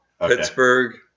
Pittsburgh